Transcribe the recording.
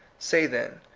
say, then.